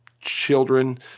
children